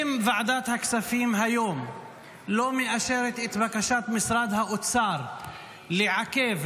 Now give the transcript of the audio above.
אם ועדת הכספים היום לא מאשרת את בקשת משרד האוצר לעכב,